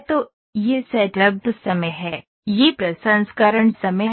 तो यह सेटअप समय है यह प्रसंस्करण समय है